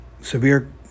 severe